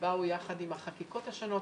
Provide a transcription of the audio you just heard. שבאו יחד עם החקיקות השונות,